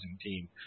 team